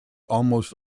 almost